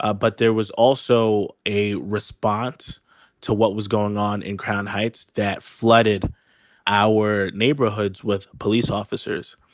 ah but there was also a response to what was going on in crown heights that flooded our neighborhoods with police officers.